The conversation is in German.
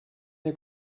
der